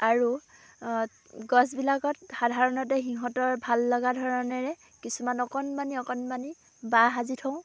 আৰু গছবিলাকত সাধাৰণতে সিহঁতৰ ভাল লগা ধৰণেৰে কিছুমান অকণমানি অকণমানি বাহ সাজি থওঁ